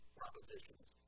propositions